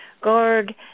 Gorg